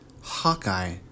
Hawkeye